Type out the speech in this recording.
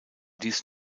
dies